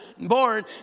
born